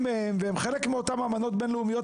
מהן והן חלק מאותן אמנות בין לאומיות,